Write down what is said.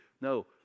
No